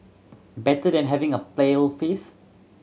better than having a pale face